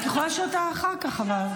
אבל את יכולה לשאול אותה אחר כך.